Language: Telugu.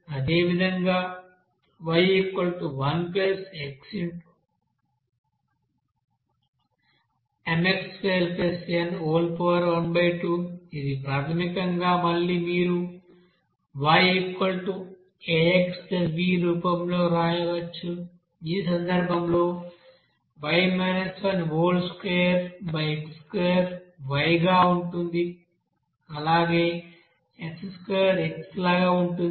అదేవిధంగా y1xmx2n½ ఇది ప్రాథమికంగా మళ్లీ మీరు YaXb రూపంలో వ్రాయవచ్చు ఈ సందర్భంలో 2x2 Y గా ఉంటుంది అయితే x2 X లాగా ఉంటుంది